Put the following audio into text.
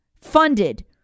funded